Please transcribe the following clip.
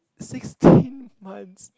sixteen months